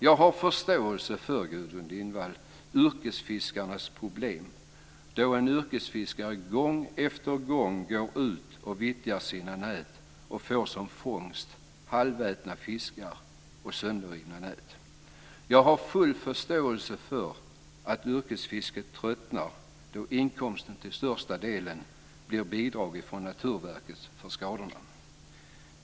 Jag har förståelse för yrkesfiskarnas problem, Gudrun Lindvall, då en yrkesfiskare gång efter gång går ut och vittjar sina nät och får halvätna fiskar och sönderrivna nät som fångst. Jag har full förståelse för att yrkesfiskarna tröttnar då inkomsten till största delen blir bidrag från Naturvårdsverket som ersättning för skadorna.